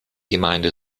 gemeinde